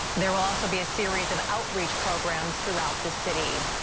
there will also be a series of outreach programs throughout the city.